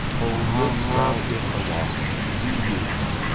o lift thou it aloft, re-youthed,